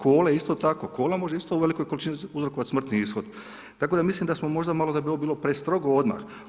Cola isto tako, cola može isto u velikoj količini uzrokovat smrtni ishod, tako da mislim da smo možda malo, da bi ovo bilo prestrogo odmah.